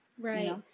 Right